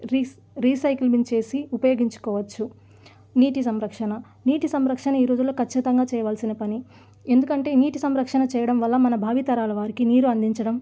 రీస్ recycling చేసి ఉపయోగించుకోవచ్చు నీటి సంరక్షణ నీటి సంరక్షణ ఈ రోజుల్లో ఖచ్చితంగా చేయవలసిన పని ఎందుకంటే నీటి సంరక్షణ చేయడం వల్ల మన భావితరాల వారికి నీరు అందించడం